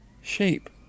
shape